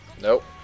Nope